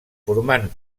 formant